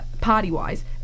party-wise